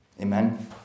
Amen